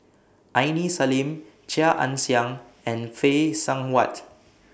Aini Salim Chia Ann Siang and Phay Seng Whatt